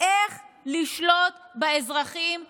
איך לשלוט באזרחים שוב,